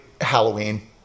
Halloween